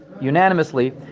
unanimously